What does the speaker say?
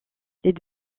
les